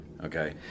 Okay